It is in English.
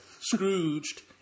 Scrooged